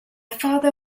father